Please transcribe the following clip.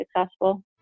successful